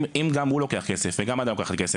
אם גם הוא לוקח לי כסף וגם מד"א לוקח כסף,